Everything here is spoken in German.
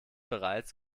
bereits